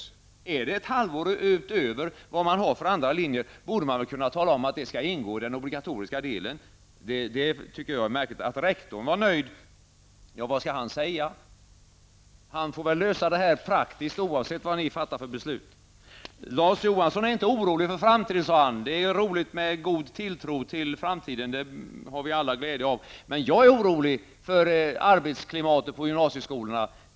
Är utbildningen ett halvår längre än vad den är för andra linjer, borde man väl tala om att det skall ingå i den obligatoriska delen. Annars blir det litet märkligt. Rektorn var nöjd, sade Larz Johansson, men vad skall han säga? Han får väl lösa allting praktiskt, oavsett vad vi fattar för beslut. Larz Johansson är inte orolig inför framtiden. Det är bra med en god tilltro till framtiden, det skulle alla ha glädje av. Men jag är orolig för arbetsklimatet på gymnasieskolorna.